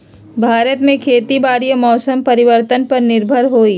भारत में खेती बारिश और मौसम परिवर्तन पर निर्भर हई